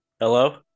Hello